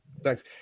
thanks